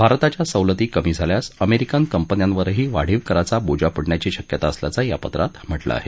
भारताच्या सवलती कमी झाल्यास अमेरिकन कंपन्यांवरही वाढीव कराचा बोजा पडण्याची शक्यता असल्याचं या पत्रात म्हा ठिं आहे